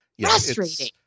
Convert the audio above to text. frustrating